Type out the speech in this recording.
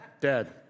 Dad